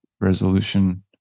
resolution